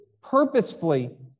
purposefully